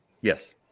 Yes